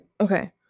okay